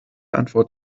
antwort